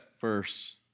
verse